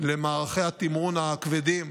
בעיקר למערכי התמרון הכבדים,